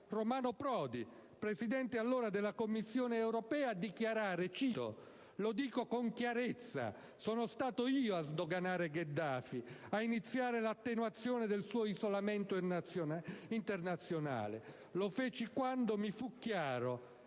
Romano Prodi, presidente allora della Commissione europea, a dichiarare: «Lo dico con chiarezza: sono stato io a sdoganare Gheddafi, a iniziare l'attenuazione del suo isolamento internazionale. Lo feci quando mi fu chiaro